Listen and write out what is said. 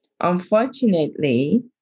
Unfortunately